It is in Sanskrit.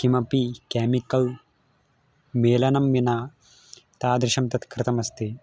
किमपि केमिकल् मेलनं विना तादृशं तत् कृतमस्ति